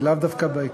ולאו דווקא,